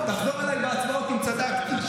תחזור אליי בהצבעות אם צדקתי.